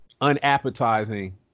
unappetizing